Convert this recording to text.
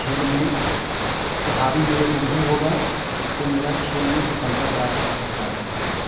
खेल में हावी मेरे पे नही होगा जिससे मेरा खेल में सफलता प्राप्त हो सकता है